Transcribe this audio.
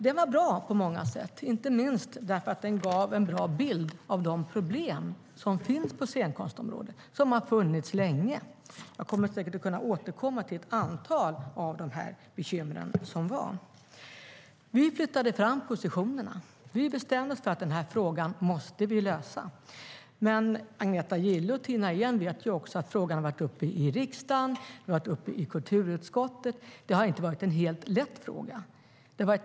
Den var bra på många sätt, inte minst därför att den gav en bra bild av de problem som finns på scenkonstområdet och som har funnits länge. Jag kommer säkert att återkomma till ett antal av de bekymmer som fanns. Vi flyttade fram positionerna. Vi bestämde oss för att vi måste lösa denna fråga. Agneta Gille och Tina Ehn vet att frågan har varit uppe i riksdagen och i kulturutskottet och att det inte har varit en helt lätt fråga.